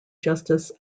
justice